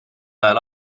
ajal